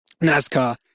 NASCAR